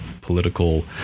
political